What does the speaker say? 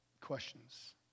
questions